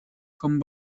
kommen